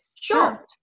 Sure